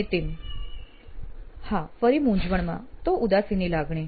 નીતિન હા ફરી મૂંઝવણમાં તો ઉદાસીની લાગણી